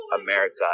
America